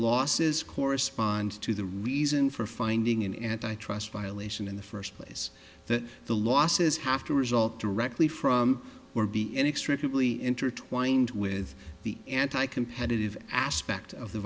losses correspond to the reason for finding an antitrust violation in the first place that the losses have to result directly from or be inextricably intertwined with the anti competitive aspect of the